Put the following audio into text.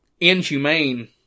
inhumane